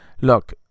look